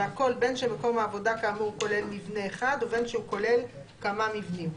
והכול בין שמקום העבודה כאמור כולל מבנה אחד ובין שהוא כולל כמה מבנים,